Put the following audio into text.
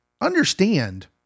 understand